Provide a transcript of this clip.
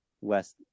west